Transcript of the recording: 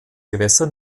gewässer